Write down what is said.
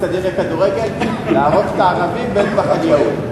זו באמת ארץ האבנים המתגלגלות,